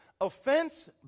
offense